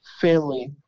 family